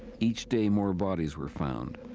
each day more bodies were found.